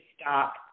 stop